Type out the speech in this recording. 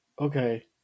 Okay